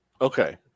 Okay